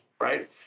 right